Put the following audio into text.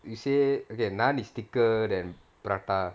you say okay naan is thicker than prata